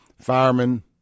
firemen